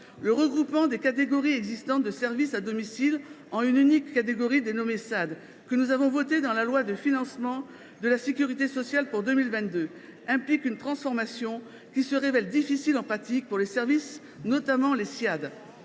Le regroupement des catégories existantes de services à domicile en une unique catégorie dénommée SAD, que nous avons voté dans la loi de financement de la sécurité sociale pour 2022, implique une transformation qui se révèle difficile en pratique pour les services, notamment pour